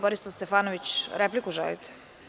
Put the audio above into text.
Borislav Stefanović, repliku želite?